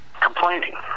complaining